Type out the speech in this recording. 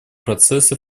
процессы